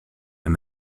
and